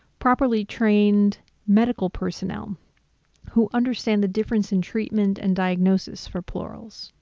properly trained medical personnel who understand the difference in treatment and diagnosis for plurals,